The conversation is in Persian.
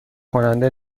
کننده